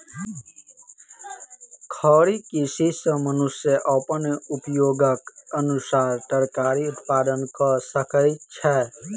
खड़ी कृषि सॅ मनुष्य अपन उपयोगक अनुसार तरकारी उत्पादन कय सकै छै